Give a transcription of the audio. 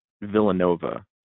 Villanova